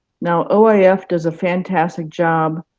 now, oif does a fantastic job